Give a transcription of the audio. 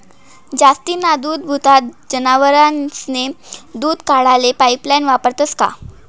जास्तीना दूधदुभता जनावरेस्नं दूध काढाले पाइपलाइन वापरतंस का?